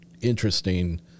interesting